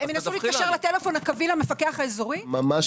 אז תדווחי לנו.